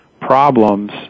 problems